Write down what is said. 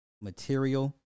material